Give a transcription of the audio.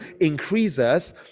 increases